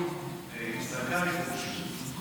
הוא מגדיר מי זכאי חוק השבות,